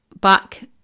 back